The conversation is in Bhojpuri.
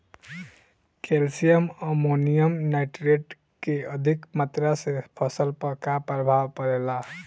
कैल्शियम अमोनियम नाइट्रेट के अधिक मात्रा से फसल पर का प्रभाव परेला?